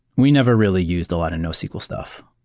we never really used a lot of nosql stuff.